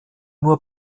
nur